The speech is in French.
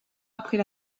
après